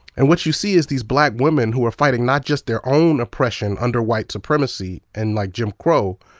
and what you see is these black women who are fighting not just their own oppression under white supremacy and like jim crow,